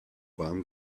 warmen